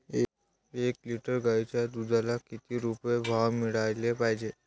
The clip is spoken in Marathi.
एक लिटर गाईच्या दुधाला किती रुपये भाव मिळायले पाहिजे?